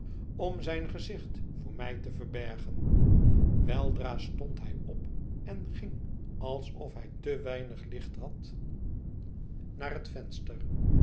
om zijn gezicht voor mij te verbergen weldra stond hij op en ging alsof hij te weinig licht had naar het venster